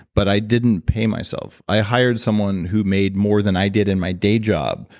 but i didn't pay myself. i hired someone who made more than i did in my day job.